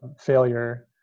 failure